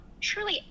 truly